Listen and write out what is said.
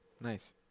Nice